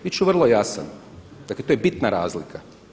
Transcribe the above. Biti ću vrlo jasan, dakle to je bitna razlika.